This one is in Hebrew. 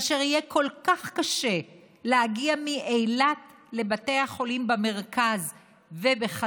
כאשר יהיה כל כך קשה להגיע מאילת לבתי החולים במרכז ובחזרה,